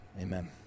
Amen